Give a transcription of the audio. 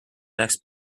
next